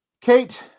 Kate